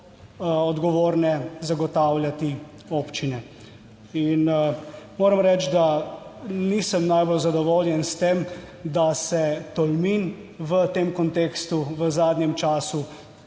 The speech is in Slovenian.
odgovorne zagotavljati občine in moram reči, da nisem najbolj zadovoljen s tem, da se Tolmin v tem kontekstu v zadnjem času